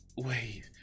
wait